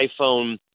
iPhone